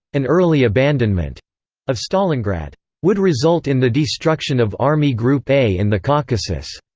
an early abandonment of stalingrad would result in the destruction of army group a in the caucasus,